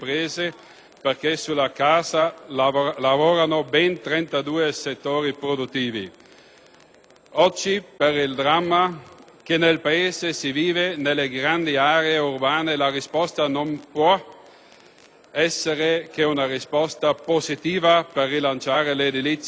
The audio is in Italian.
Oggi, per il dramma che nel Paese si vive nelle grandi aree urbane, la risposta non può che essere positiva per rilanciare l'edilizia residenziale pubblica che da troppi anni non trova un'adeguata risposta.